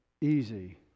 easy